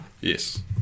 Yes